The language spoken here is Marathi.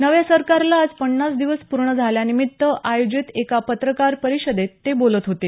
नव्या सरकारला आज पन्नास दिवस पूर्ण झाल्यानिमित्त आयोजित एका पत्रकार परिषदेत ते बोलत होते